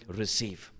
receive